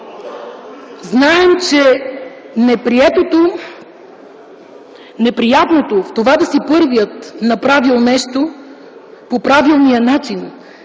Знаем, че неприятното в това да си първият, направил нещо по правилния начин,